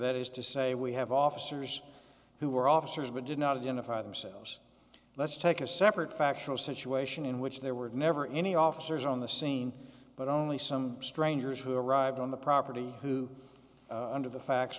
that is to say we have officers who were officers but did not identify themselves let's take a separate factual situation in which there were never any officers on the scene but only some strangers who arrived on the property who under the facts